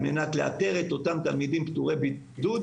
על מנת לאתר את אותם תלמידים פטורי הבידוד,